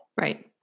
Right